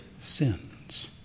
sins